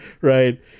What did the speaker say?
Right